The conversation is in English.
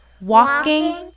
walking